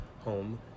home